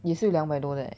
也是有两百多的 eh